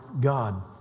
God